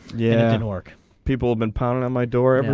yeah mark people been pounding on my door.